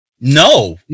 No